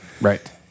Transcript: right